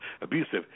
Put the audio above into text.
abusive